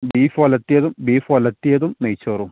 beef ഉലർത്തിയതും beef ഉലർത്തിയതും നെയ്ച്ചോറും